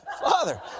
Father